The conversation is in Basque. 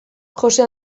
jose